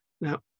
Now